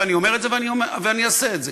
ואני אומר את זה ואני אעשה את זה,